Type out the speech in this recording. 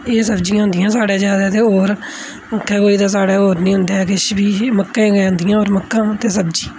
एह् सब्जियां होदियां साढ़े ज्यादा ते होर उत्थे कोई ते साढ़े होर नेईं होंदा ऐ किश बी मक्कां गै होदियां होर मक्कां ते सब्जी